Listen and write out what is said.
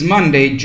Monday